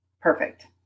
perfect